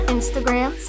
Instagram